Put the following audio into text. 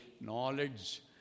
knowledge